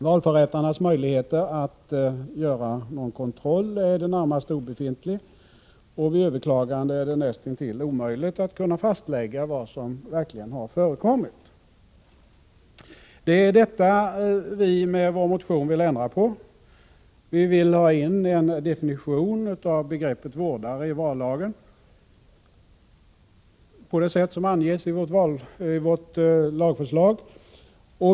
Valförättarnas möjligheter att göra någon kontroll är i det närmaste obefintlig, och vid överklagande är det nästintill omöjligt att kunna fastlägga vad som verkligen har förekommit. Det är detta som vi med vår motion vill ändra på. Vi vill att det i vallagen skall införas en definition av begreppet vårdare, på det sätt som anges i vårt lagförslag.